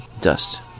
dust